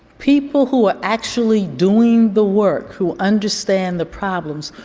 people who are actually doing the work who understand the problems,